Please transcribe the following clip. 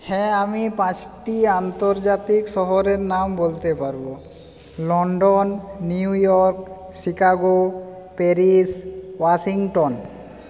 হ্যাঁ আমি পাঁচটি আন্তর্জাতিক শহরের নাম বলতে পারবো London New York Chicago Paris Washington